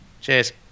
cheers